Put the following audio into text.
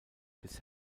bis